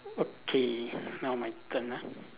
okay now my turn ah